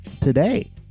Today